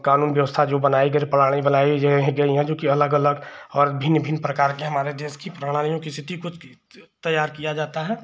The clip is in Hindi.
कानून व्यवस्था जो बनाई गई प्लानिन्ग बनाई गई हैं जोकि अलग अलग और भिन्न भिन्न प्रकार के हमारे देश के प्रणालियों की इस्थिति को तैयार किया जाता है